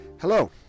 Hello